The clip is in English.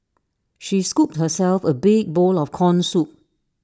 she scooped herself A big bowl of Corn Soup